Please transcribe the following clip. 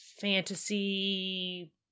fantasy